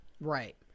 Right